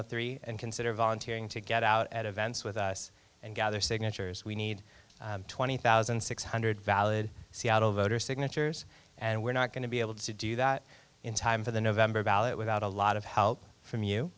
to three and consider volunteering to get out at events with us and gather signatures we need twenty thousand six hundred valid seattle voter signatures and we're not going to be able to do that in time for the november ballot without a lot of help from you